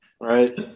right